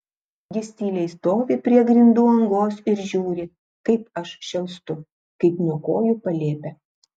jis tyliai stovi prie grindų angos ir žiūri kaip aš šėlstu kaip niokoju palėpę